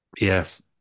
Yes